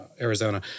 Arizona